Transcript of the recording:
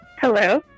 Hello